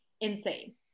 insane